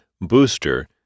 booster